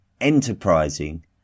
enterprising